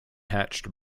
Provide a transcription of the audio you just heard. hatched